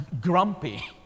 grumpy